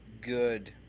good